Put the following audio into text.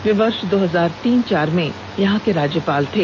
वे वर्ष दो हजार तीन चार में यहां के राज्यपाल थे